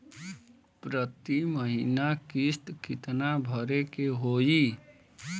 प्रति महीना किस्त कितना भरे के होई?